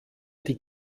die